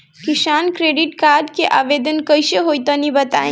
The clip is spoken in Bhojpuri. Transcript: किसान क्रेडिट कार्ड के आवेदन कईसे होई तनि बताई?